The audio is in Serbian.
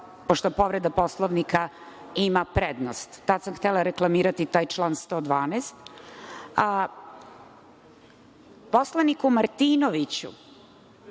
pošto povreda Poslovnika ima prednost. Tada sam htela reklamirati taj član 112, a poslaniku Martinoviću